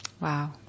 Wow